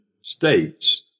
states